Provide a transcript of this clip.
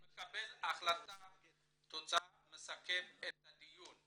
אני מקבל החלטה ומסכם את הדיון.